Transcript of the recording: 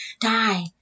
Die